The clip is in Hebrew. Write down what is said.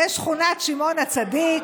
זו שכונת שמעון הצדיק,